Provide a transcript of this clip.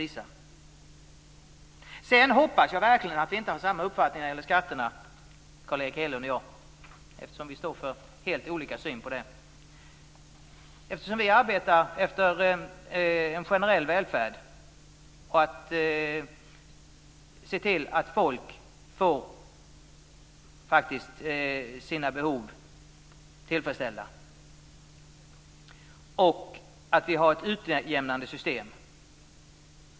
Jag hoppas verkligen att vi inte har samma uppfattning vad gäller skatterna, Carl Erik Hedlund och jag, eftersom vi står för helt olika syn på dem. Vi arbetar med en generell välfärd som mål och för att se till att folk får sina behov tillfredsställda. Vi ska ha ett utjämnande system.